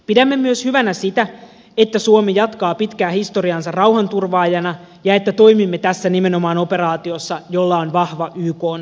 pidämme myös hyvänä sitä että suomi jatkaa pitkää historiaansa rauhanturvaajana ja että toimimme tässä nimenomaan operaatiossa jolla on vahva ykn valtuutus